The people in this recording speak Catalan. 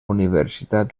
universitat